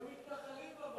למתנחלים,